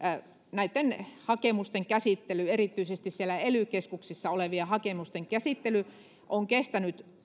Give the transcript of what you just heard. näitten hakemusten käsittely erityisesti siellä ely keskuksissa olevien hakemusten käsittely on kestänyt